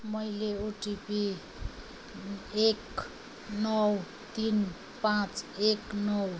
मैले ओटिपी एक नौ तिन पाँच एक नौ